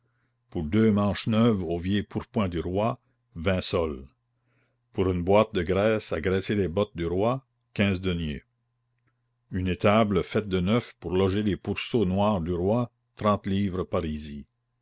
pour deux manches neuves au vieil pourpoint du roi vingt sols pour une boîte de graisse à graisser les bottes du roi quinze deniers une étable faite de neuf pour loger les pourceaux noirs du roi trente livres parisis